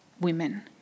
women